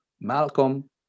Malcolm